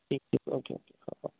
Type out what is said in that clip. ठीक आहे okay okay हो हो